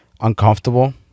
uncomfortable